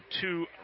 two